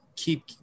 keep